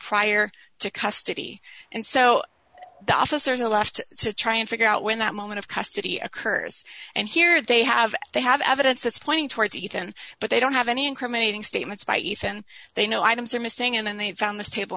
prior to custody and so the officer the last to try and figure out when that moment of custody occurs and here they have they have evidence that's pointing towards ethan but they don't have any incriminating statements by ethan they know i'm servicing and then they found this table